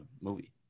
Movie